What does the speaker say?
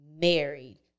married